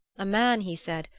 a man, he said,